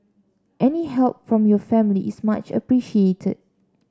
any help from your family is much appreciated